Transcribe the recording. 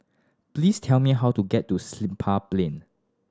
please tell me how to get to Siglap Plain